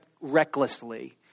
recklessly